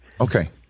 Okay